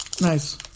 Nice